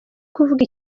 kuvuga